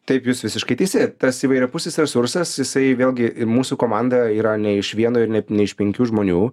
taip jūs visiškai teisi tas įvairiapusis resursas jisai vėlgi ir mūsų komanda yra ne iš vieno ir net ne iš penkių žmonių